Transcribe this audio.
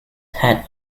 had